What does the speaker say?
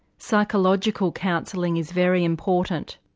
psychological counselling is very important?